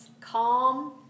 calm